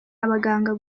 abaganga